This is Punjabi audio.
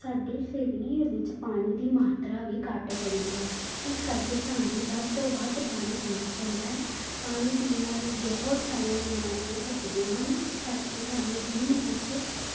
ਸਾਡੇ ਸਰੀਰ ਵਿੱਚ ਪਾਣੀ ਦੀ ਮਾਤਰਾ ਵੀ ਘਟ ਸਕਦੀ ਹੈ ਇਸ ਕਰਕੇ ਸਾਨੂੰ ਵੱਧ ਤੋਂ ਵੱਧ ਪਾਣੀ ਪੀਣਾ ਚਾਹੀਦਾ ਹੈ ਪਾਣੀ ਪੀਣ ਨਾਲ ਬਹੁਤ ਸਾਰੀਆਂ ਬਿਮਾਰੀਆਂ ਘਟਦੀਆਂ ਹਨ ਇਸ ਕਰਕੇ ਸਾਨੂੰ ਦਿਨ ਵਿੱਚ